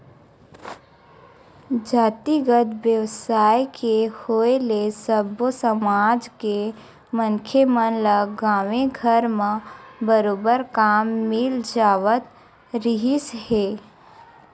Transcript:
जातिगत बेवसाय के होय ले सब्बो समाज के मनखे मन ल गाँवे घर म बरोबर काम मिल जावत रिहिस हे